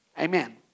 Amen